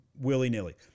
willy-nilly